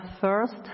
first